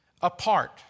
apart